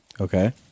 Okay